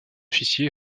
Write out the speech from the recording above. officier